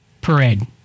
parade